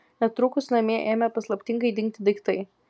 netrukus namie ėmė paslaptingai dingti daiktai